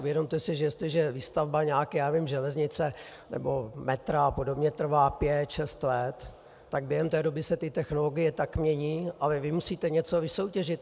Uvědomte si, že jestliže výstavba nějaké železnice nebo metra apod. trvá pět šest let, tak během té doby se technologie tak mění, ale vy musíte něco vysoutěžit.